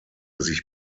sich